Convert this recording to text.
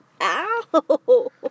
ow